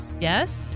Yes